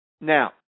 Now